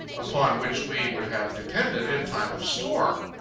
upon which we would have depended in time of storm.